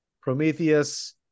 Prometheus